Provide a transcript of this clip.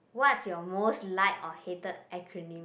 what is your most like or hated acronym